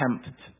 attempt